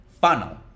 funnel